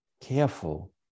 careful